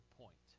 point